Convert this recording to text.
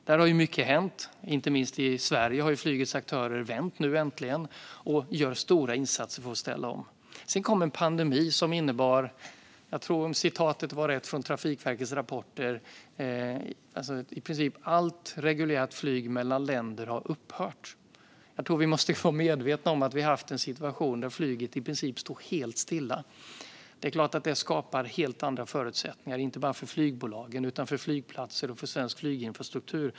Där har mycket hänt. Inte minst i Sverige har flygets aktörer äntligen vänt och gör stora insatser för att ställa om. Sedan kom en pandemi som innebar - om citatet från Trafikverkets rapport stämmer - att i princip allt reguljärt flyg mellan länder upphörde. Jag tror att vi måste vara medvetna om att vi har haft en situation där flyget i princip stod helt stilla. Det är klart att det skapar helt andra förutsättningar, inte bara för flygbolagen utan också för flygplatser och för svensk flyginfrastruktur.